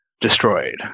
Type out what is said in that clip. destroyed